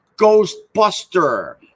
Ghostbuster